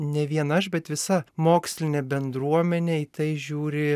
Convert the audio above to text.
ne vien aš bet visa mokslinė bendruomenė į tai žiūri